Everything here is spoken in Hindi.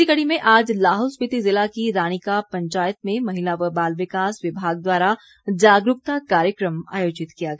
इसी कड़ी में आज लाहौल स्पिति ज़िला की रानिका पंचायत में महिला व बाल विकास विभाग द्वारा जागरूकता कार्यक्रम आयोजित किया गया